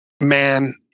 man